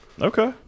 Okay